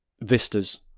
vistas